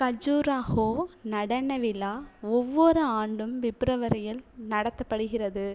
கஜுராஹோ நடன விழா ஒவ்வொரு ஆண்டும் பிப்ரவரியில் நடத்தப்படுகிறது